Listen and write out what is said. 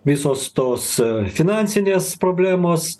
visos tos finansinės problemos